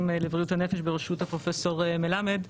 לבריאות הנפש בראשות הפרופסור מלמד,